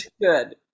good